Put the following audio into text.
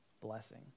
blessing